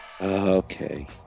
Okay